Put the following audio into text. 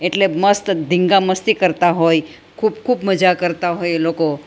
એટલે મસ્ત ધિંગામસ્તી કરતા હોય ખૂબ ખૂબ મજા કરતા હોય એ લોકો